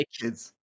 kids